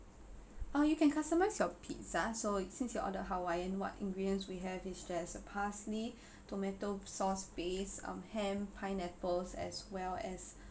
uh you can customise your pizza so since you ordered hawaiian what ingredients we have is just parsley tomato sauce base um ham pineapples as well as